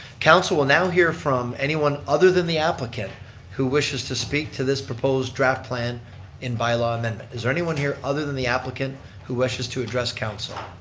council will now hear from anyone other than the applicant who wishes to speak to this proposed draft plan and bylaw amendment. is there anyone here other than the applicant who wishes to address council?